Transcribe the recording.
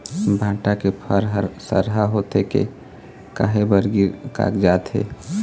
भांटा के फर हर सरहा होथे के काहे बर गिर कागजात हे?